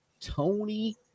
Tony